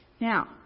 Now